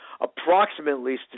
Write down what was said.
approximately